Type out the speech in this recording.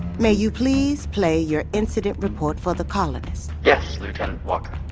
may you please play your incident report for the colonists? yes, lieutenant walker.